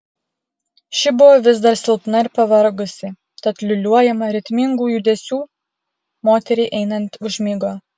ši buvo vis dar silpna ir pavargusi tad liūliuojama ritmingų judesių moteriai einant užmigo